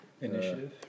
Initiative